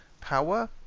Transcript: Power